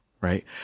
right